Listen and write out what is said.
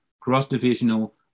cross-divisional